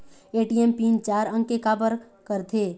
ATM pin चार अंक के का बर करथे?